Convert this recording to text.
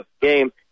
game